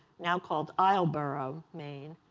now called islesboro, maine,